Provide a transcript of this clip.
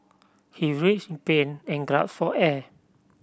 he writhed in pain and gasped for air